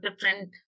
different